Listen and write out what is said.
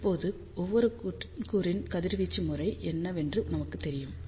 இப்போது ஒவ்வொரு கூறின் கதிர்வீச்சு முறை என்னவென்று நமக்குத் தெரியும்